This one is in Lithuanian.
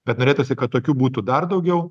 bet norėtųsi kad tokių būtų dar daugiau